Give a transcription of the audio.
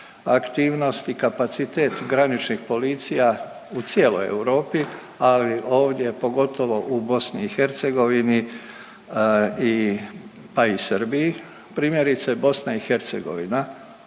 aktivnost i kapacitet graničnih policija u cijeloj Europi, ali ovdje pogotovo u BiH i, pa i Srbiji. Primjerice BiH ima svega